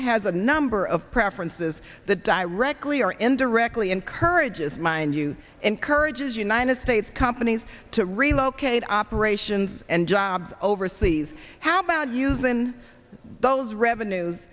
has a number of preferences that directly or indirectly encourages minute encourages united states companies to relocate operations and jobs overseas how about using those revenues